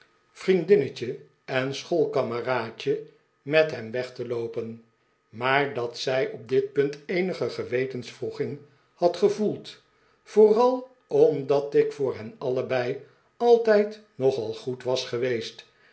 vriendinnetje en schoolkameraadje met hem weg te loopenj maar dat zij op dit punt eenige gewetenswroeging had gevoeld vooral omdat ik voor hen allebei altijd nogal goed was geweest